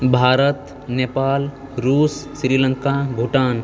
भारत नेपाल रुस श्रीलङ्का भूटान